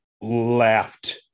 laughed